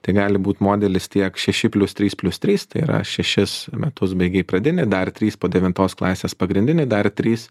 tai gali būt modelis tiek šeši plius trys plius trys tai yra šešis metus baigei pradinį dar trys po devintos klasės pagrindinį dar trys